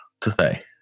today